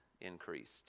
increased